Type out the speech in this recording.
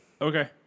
okay